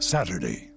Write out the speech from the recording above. Saturday